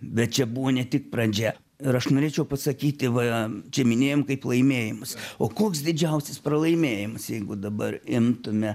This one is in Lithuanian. bet čia buvo ne tik pradžia ir aš norėčiau pasakyti va čia minėjom kaip laimėjimus o koks didžiausias pralaimėjimas jeigu dabar imtume